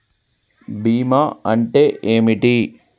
బీమా అంటే ఏమిటి?